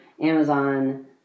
Amazon